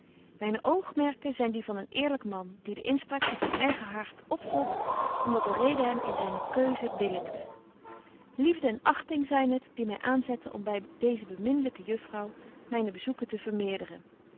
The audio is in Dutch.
myne oogmerken zyn die van een eerlyk man die de inspraak van zyn eigen hart opvolgt om betje wolff en aagje deken historie van mejuffrouw sara burgerhart dat de rede hem in zyne keuze billykt liefde en achting zyn het die my aanzetten om by deeze beminlyke juffrouw myne bezoeken te vermeerderen